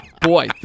boy